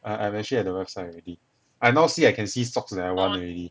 I I'm actually at the website already I now see I can see socks that I want already